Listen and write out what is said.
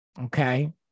Okay